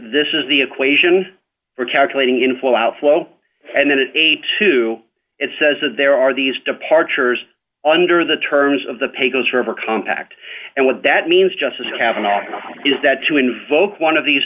this is the equation for calculating inflow outflow and then an aide to it says that there are these departures under the terms of the pecos river compact and what that means justice kavanagh is that to invoke one of these